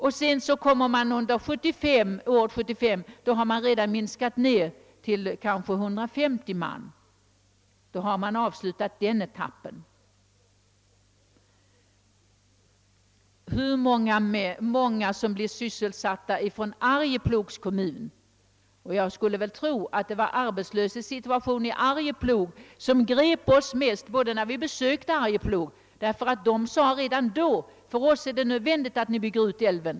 Redan år 1975 har arbetsstyrkan minskats till kanske 150 man; då är den etappen avslutad. Hur många från Arjeplogs kommun kommer att sysselsättas? Jag skulle tro, att det var arbetslöshetssituationen just i Arjeplog, som grep oss mest, när vi besökte Västerbotten. I Arjeplog sade man enstämmigt redan då, att det för kommunen var nödvändigt, att älven byggdes ut.